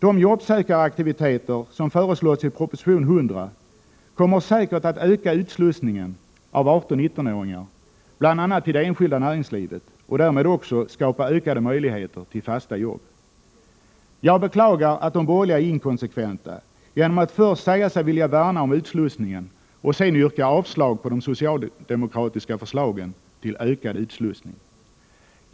De jobbsökaraktiviteter som föreslås i proposition 100 kommer säkert att öka utslussningen av 18—-19-åringar bl.a. till det enskilda näringslivet och därmed också skapa ökade möjligheter till fasta jobb. Jag beklagar att de borgerliga är inkonsekventa genom att först säga sig vilja värna om utslussningen och sedan yrka avslag på de socialdemokratiska förslagen till ökad utslussning.